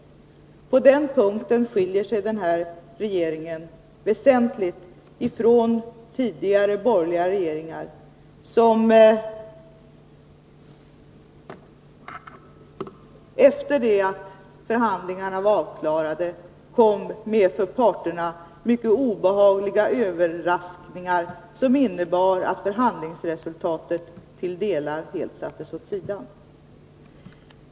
På den punkten skiljer sig den här regeringen väsentligt ifrån tidigare — borgerliga — regeringar, som efter det att förhandlingarna var avklarade kom med överraskningar som var mycket obehagliga för parterna och som innebar att förhandlingsresultatet i vissa delar helt sattes åt sidan.